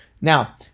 Now